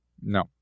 no